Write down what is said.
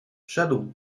szedł